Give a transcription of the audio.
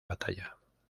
batalla